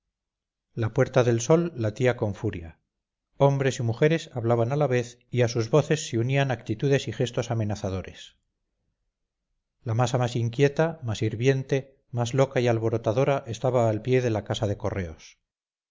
la puerta del sol latía con furia hombres y mujeres hablaban a la vez y a sus voces se unían actitudes y gestos amenazadores la masa más inquieta más hirviente más loca y alborotadora estaba al pie de la casa de correos